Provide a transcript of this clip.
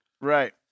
Right